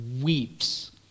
weeps